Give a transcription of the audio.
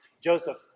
Joseph